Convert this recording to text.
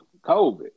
covid